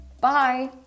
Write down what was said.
Bye